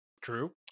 True